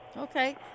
Okay